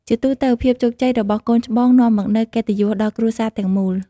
ជាទូទៅ ភាពជោគជ័យរបស់កូនច្បងនាំមកនូវកិត្តិយសដល់គ្រួសារទាំងមូល។